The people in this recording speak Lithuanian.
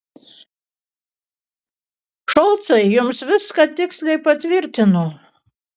šolcai jums viską tiksliai patvirtino